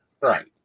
Right